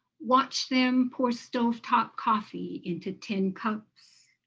watch them pour stove-top coffee into tin cups,